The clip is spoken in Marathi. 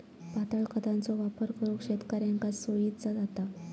पातळ खतांचो वापर करुक शेतकऱ्यांका सोयीचा जाता